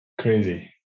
Crazy